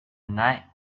night